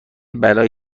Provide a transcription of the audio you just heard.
بلایی